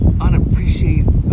unappreciated